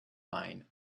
mine